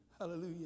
Hallelujah